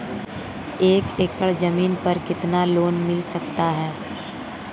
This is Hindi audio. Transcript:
एक एकड़ जमीन पर कितना लोन मिल सकता है?